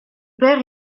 père